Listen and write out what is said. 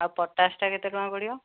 ଆଉ ପଟାସ୍ଟା କେତେ ଟଙ୍କା ପଡ଼ିବ